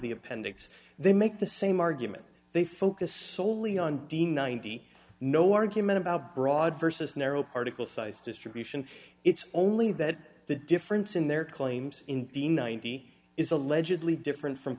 the appendix they make the same argument they focus solely on the ninety no argument about broad versus narrow particle size distribution it's only that the difference in their claims in the ninety is allegedly different from